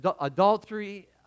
adultery